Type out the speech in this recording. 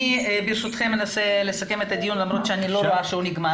אני אנסה לסכם את הדיון למרות שאני לא רואה שהוא הסתיים.